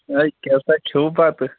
ہے کیٛاہ سا کھیٚوو بَتہٕ